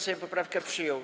Sejm poprawkę przyjął.